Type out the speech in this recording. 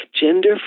gender